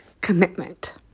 commitment